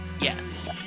Yes